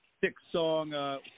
six-song